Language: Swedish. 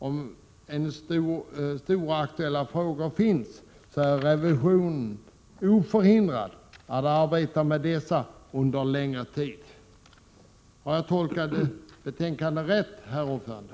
Om stora aktuella frågor finns, är revisorerna oförhindrade att arbeta med dessa under längre tid. Har jag tolkat betänkandet riktigt, herr ordförande?